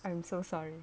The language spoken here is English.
I am so sorry